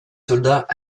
soldats